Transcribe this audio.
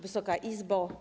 Wysoka Izbo!